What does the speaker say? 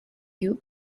you